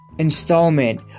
Installment